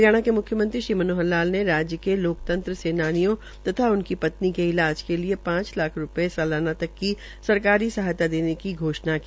हरियाणा के म्ख्यमंत्री श्री मनोहर लाल ने राज्य के लोकतंत्र सेनानियों तथा उनकी पत्नी के इलाज के लिये पांच लाख रूपये सलाना तक की सहायता देने की घोषणा की